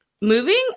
Moving